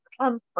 comfort